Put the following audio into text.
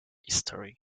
history